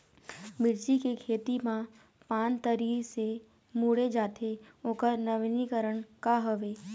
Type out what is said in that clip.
मिर्ची के खेती मा पान तरी से मुड़े जाथे ओकर नवीनीकरण का हवे?